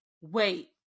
wait